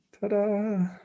Ta-da